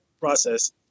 process